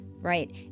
right